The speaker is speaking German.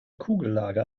kugellager